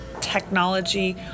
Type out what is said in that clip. technology